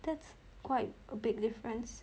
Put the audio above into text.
that's quite a big difference